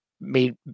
made